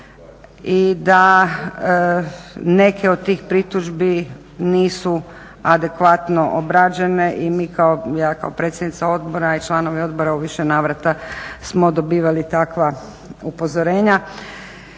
i da neke od tih pritužbi nisu adekvatno obrađene i ja kao predsjednica odbora i članovi odbora u više navrata smo dobivali takva upozorenja.